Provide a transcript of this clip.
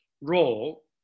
role